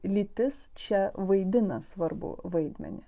lytis čia vaidina svarbų vaidmenį